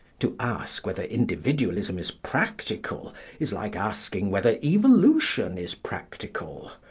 to ask whether individualism is practical is like asking whether evolution is practical.